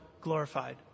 glorified